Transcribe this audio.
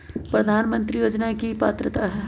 प्रधानमंत्री योजना के की की पात्रता है?